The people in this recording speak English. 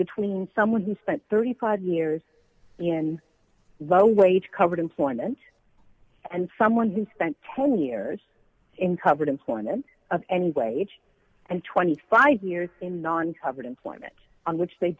between someone who spent thirty five years in low wage covered employment and someone who spent ten years in covered employment of anyway and twenty five years in non covered employment on which they